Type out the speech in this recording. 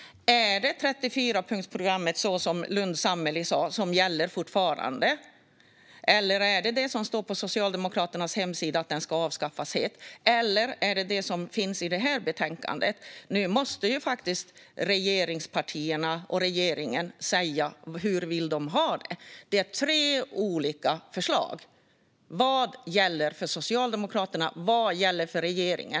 Är det fortfarande 34-punktsprogrammet som gäller, som Lundh Sammeli sa? Eller är det det som står på Socialdemokraternas hemsida - att straffrabatten ska avskaffas helt? Eller är det det som står i betänkandet? Nu måste faktiskt regeringspartierna och regeringen säga hur de vill ha det. Det är tre olika förslag. Vad gäller för Socialdemokraterna? Vad gäller för regeringen?